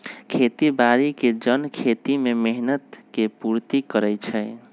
खेती बाड़ी के जन खेती में मेहनत के पूर्ति करइ छइ